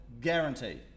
guaranteed